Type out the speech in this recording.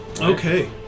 Okay